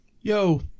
Yo